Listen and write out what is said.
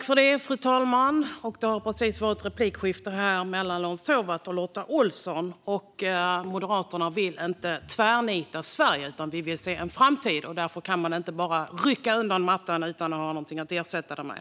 Fru talman! Det har precis varit ett replikskifte mellan Lorentz Tovatt och Lotta Olsson. Moderaterna vill inte tvärnita Sverige. Vi vill se en framtid, och därför kan man inte bara rycka undan mattan utan att ha någonting att ersätta den med.